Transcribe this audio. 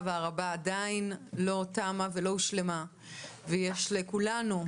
והרבה עדיין לא תמה ולא הושלמה ויש לכולנו,